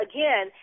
Again